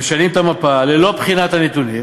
משנים את המפה, ללא בחינת הנתונים.